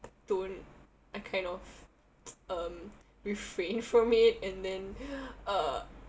don't I kind of um refrain from it and then uh